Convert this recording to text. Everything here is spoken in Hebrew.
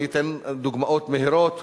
אני אתן דוגמאות מהירות.